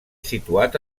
situat